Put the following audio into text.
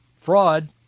fraud